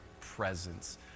presence